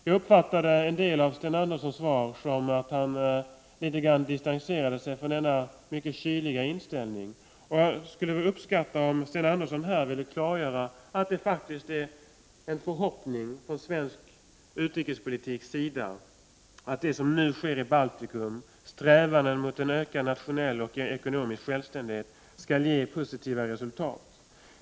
Jag uppfattade en del av Sten Anderssons svar så, att han litet grand distanserade sig från denna mycket kyliga inställning. Och jag skulle uppskatta om Sten Andersson här ville klargöra att det faktiskt är en förhoppning inom svensk utrikespolitik att det som nu sker i Baltikum — strävan mot en ökad nationell och ekonomisk självständighet — skall ge positiva resultat.